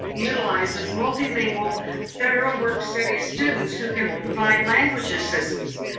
utilizes multilingual federal work study students, who can provide language assistance.